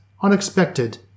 unexpected